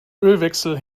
ölwechsel